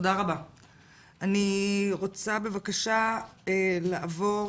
אני רוצה בבקשה לעבור